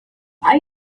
are